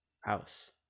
house